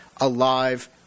alive